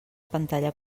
pantalla